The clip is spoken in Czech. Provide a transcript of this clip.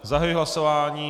Zahajuji hlasování.